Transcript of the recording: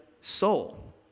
soul